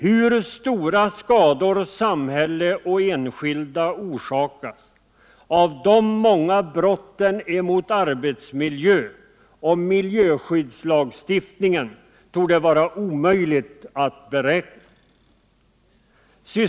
Hur stora skador samhället och enskilda orsakas av de många brotten mot arbetsmiljöoch miljöskyddslagstiftningen torde det vara omöjligt att beräkna.